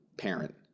parent